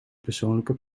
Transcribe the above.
persoonlijke